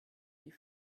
die